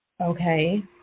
Okay